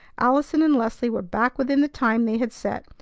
allison and leslie were back within the time they had set,